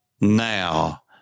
now